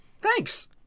Thanks